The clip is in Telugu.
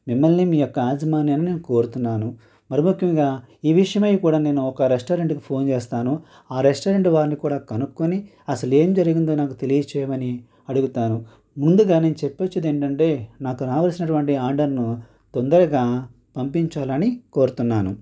మిమ్మల్ని మీ యొక్క యాజమాన్యాన్ని నేను కోరుతున్నాను మరి ముఖ్యంగా ఈ విషయంపై కూడా నేను ఒక రెస్టారెంట్కి ఫోన్ చేస్తాను ఆ రెస్టారెంట్ వాడిని కూడా కనుక్కొని అసలు ఏం జరిగిందో నాకు తెలియజేయమని అడుగుతాను ముందుగా నేను చెప్పి వచ్చేది ఏంటంటే నాకు రావాల్సినటువంటి ఆర్డర్ను తొందరగా పంపించాలని కోరుతున్నాను